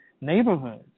neighborhoods